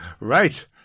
right